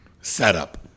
setup